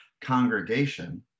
congregation